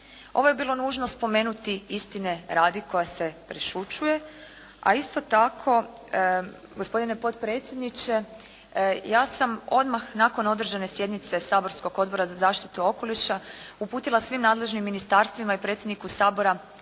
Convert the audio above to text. Ovo je bilo nužno spomenuti istine radi koja se prešućuje, a isto tako gospodine potpredsjedniče ja sam odmah nakon održane sjednice Saborskog odbora za zaštitu okoliša uputila svim nadležnim ministarstvima i predsjedniku Sabora